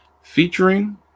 featuring